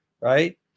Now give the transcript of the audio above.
right